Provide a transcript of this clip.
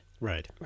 Right